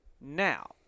Now